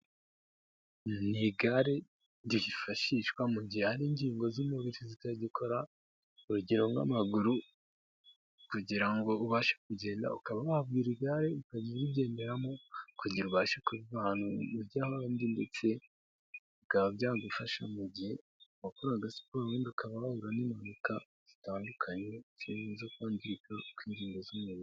Ni igare ryifashishwa mu gihe hari ingingo z'umubiri zitagikora, urugero nk'amaguru kugira ngo ubashe kugenda ukaba wagura iri gare ukajya urigenderamo kugira ubashe kuva ahantu ujya ahandi ndetse bikaba byagufasha mu gihe wakoraga siporo wenda ukaba wahura n'impanuka zitandukanye, zirimo izo kwangirika kw'ingingo z'umubiri.